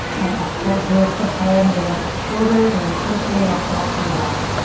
and exhale to lift the head, the neck, the shoulders. no crunching, neck nice and long.